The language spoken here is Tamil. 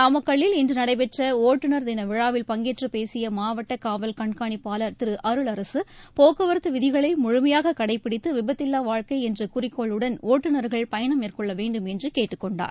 நாமக்கல்லில் இன்று நடைபெற்ற ஓட்டுநர் தின விழாவில் பங்கேற்று பேசிய மாவட்ட காவல் கண்காணிப்பாளர் திரு அருளரக போக்குவரத்து விதிகளை முழுமையாக கடைபிடித்து விபத்தில்லா வாழ்க்கை என்ற குறிக்கோளுடன் ஒட்டுநர்கள் பயணம் மேற்கொள்ள வேண்டும் என்று கேட்டுக் கொண்டார்